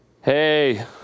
Hey